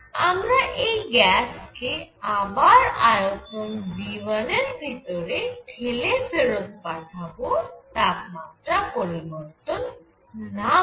আমরা এই গ্যাস কে আবার আয়তন V1 এর ভিতর ঠেলে ফেরত পাঠাবো তাপমাত্রা পরিবর্তন না করে